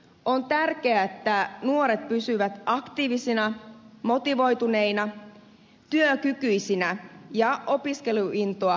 on tärkeää että nuoret pysyvät aktiivisina motivoituneina työkykyisinä ja opiskeluintoa omaavina